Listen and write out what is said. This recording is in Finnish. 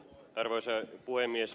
arvoisa puhemies